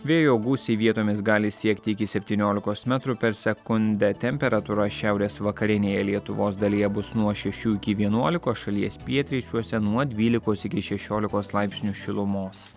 vėjo gūsiai vietomis gali siekti iki septyniolikos metrų per sekundę temperatūra šiaurės vakarinėje lietuvos dalyje bus nuo šešių iki vienuolikos šalies pietryčiuose nuo dvylikos iki šešiolikos laipsnių šilumos